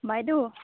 বাইদেউ